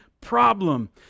problem